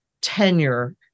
tenure